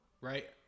Right